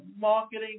marketing